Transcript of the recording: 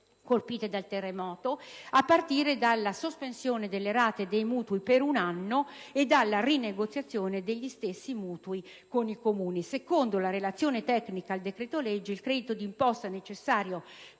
colpite dal terremoto, a partire dalla sospensione delle rate dei mutui per un anno e dalla rinegoziazione degli stessi mutui con i Comuni. Secondo la relazione tecnica al decreto-legge il credito di imposta necessario